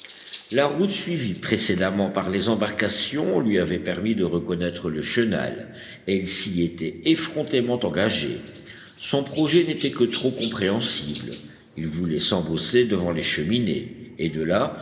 la route suivie précédemment par les embarcations lui avait permis de reconnaître le chenal et il s'y était effrontément engagé son projet n'était que trop compréhensible il voulait s'embosser devant les cheminées et de là